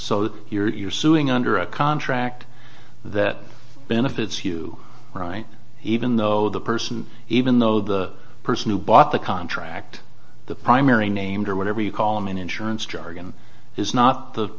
so you're suing under a contract that benefits you right even though the person even though the person who bought the contract the primary named or whatever you call an insurance jargon is not the